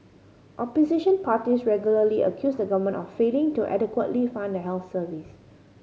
opposition parties regularly accuse the government of failing to adequately fund the health service